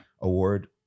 award